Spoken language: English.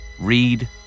read